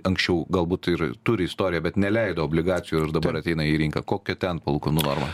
anksčiau galbūt ir turi istoriją bet neleido obligacijų ir dabar ateina į rinką kokia ten palūkanų norma